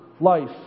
life